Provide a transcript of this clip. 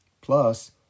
Plus